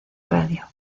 radio